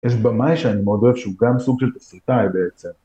יש במאי שאני מאוד אוהב שהוא גם סוג של תסריטאי בעצם